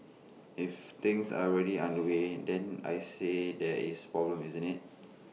if things are already underway then I say there is problem isn't IT